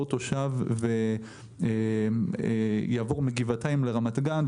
שתושב לא יעבור מגבעתיים לרמת גן,